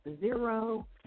zero